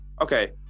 okay